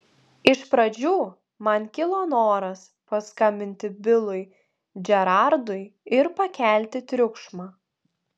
iš pradžių man kilo noras paskambinti bilui džerardui ir pakelti triukšmą